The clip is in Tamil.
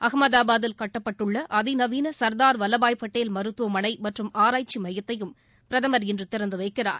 அகமதாபாத்தில் கட்டப்பட்டுள்ள அதிநவீன சர்தார் வல்லபாய் பட்டேல் மருத்துவமனை மற்றும் ஆராய்ச்சி மையத்தையும் பிரதமர் இன்று திறந்து வைக்கிறார்